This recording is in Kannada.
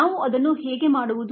ನಾವು ಅದನ್ನು ಹೇಗೆ ಮಾಡುವುದು